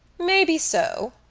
maybe so,